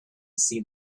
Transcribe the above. see